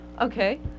Okay